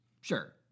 Sure